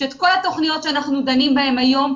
שאת כל התוכניות שאנחנו דנים בהן היום,